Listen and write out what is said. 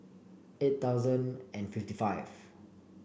eight thousand and fifty five